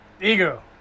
Ego